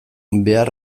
behar